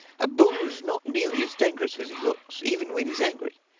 a bull is not nearly as dangerous as he looks, even when he's angry,